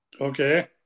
Okay